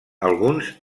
alguns